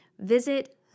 visit